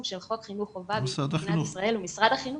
של חוק חינוך חובה במדינת ישראל הוא משרד החינוך.